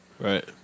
right